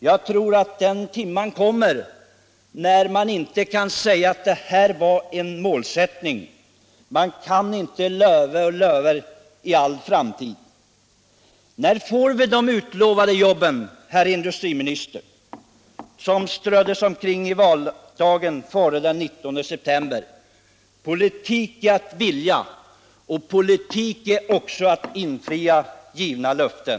Jag tror att den timman skall komma när man inte längre kan säga att detta var en målsättning — man kan inte bara ”löve och löve” i all framtid! Det ströddes omkring en mängd löften om jobb i valrörelsen i september, men när får vi de utlovade jobben, herr industriminister? Politik är att vilja, men politik är också att infria givna löften!